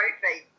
trophy